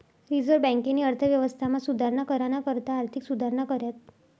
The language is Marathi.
रिझर्व्ह बँकेनी अर्थव्यवस्थामा सुधारणा कराना करता आर्थिक सुधारणा कऱ्यात